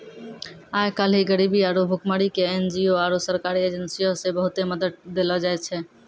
आइ काल्हि गरीबी आरु भुखमरी के एन.जी.ओ आरु सरकारी एजेंसीयो से बहुते मदत देलो जाय छै